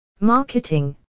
Marketing